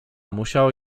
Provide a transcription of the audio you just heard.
musiała